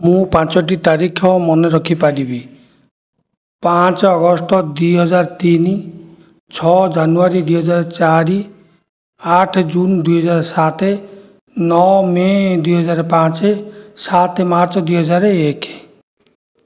ମୁଁ ପାଞ୍ଚୋଟି ତାରିଖ ମନେ ରଖିପାରିବି ପାଞ୍ଚ ଅଗଷ୍ଟ ଦୁଇହଜାର ତିନି ଛଅ ଜାନୁୟାରୀ ଦୁଇହଜାର ଚାରି ଆଠ ଜୁନ ଦୁଇହଜାର ସାତ ନଅ ମେ ଦୁଇହଜାର ପାଞ୍ଚ ସାତ ମାର୍ଚ୍ଚ ଦୁଇହଜାର ଏକ